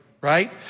right